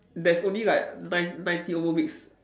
there's only like nine ninety over weeks